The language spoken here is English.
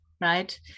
Right